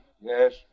Yes